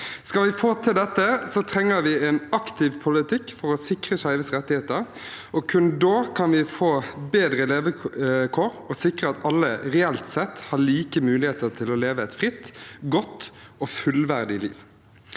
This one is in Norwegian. Skal vi få til dette, trenger vi en aktiv politikk for å sikre skeives rettigheter, og kun da kan vi få bedre levekår og sikre at alle reelt sett har like muligheter til å leve et fritt, godt og fullverdig liv.